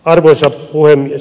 arvoisa puhemies